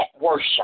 worship